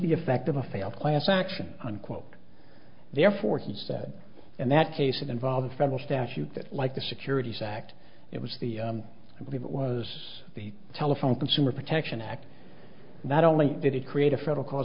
the effect of a failed class action unquote therefore he said in that case it involves federal statute that like the securities act it was the i believe it was the telephone consumer protection act not only did it create a federal cause